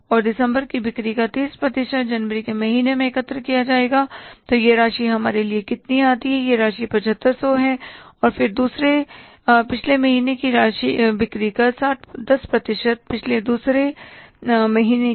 और दिसंबर की बिक्री का 30 प्रतिशत जनवरी के महीने में एकत्र किया जाएगा तो यह राशि हमारे लिए कितनी आती है यह राशि 7500 है और फिर दूसरे पिछले महीने की बिक्री का 10 प्रतिशत दूसरे पिछले महीने की